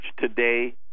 today